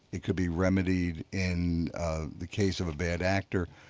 it can be remedied in the case of a bad actor,